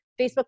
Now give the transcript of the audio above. Facebook